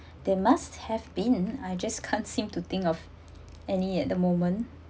there must have been I just can't seem to think of any at the moment